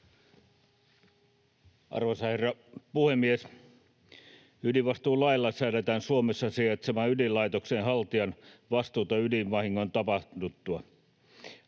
Arvoisa herra puhemies! Ydinvastuulailla säädetään Suomessa sijaitsevan ydinlaitoksen haltijan vastuusta ydinvahingon tapahduttua.